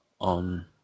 on